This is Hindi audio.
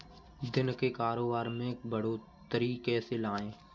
दिन के कारोबार में बढ़ोतरी कैसे लाएं?